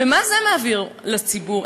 ומה זה מעביר לציבור?